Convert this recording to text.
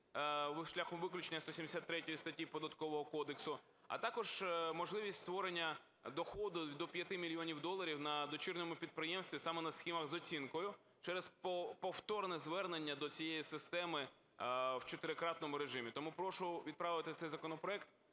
шляхом виключення 173 статті Податкового кодексу, а також можливість створення доходу до 5 мільйонів доларів на дочірньому підприємстві саме на схемах з оцінкою через повторне звернення до цієї системи в чотирикратному режимі. Тому прошу відправити цей законопроект